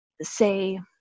say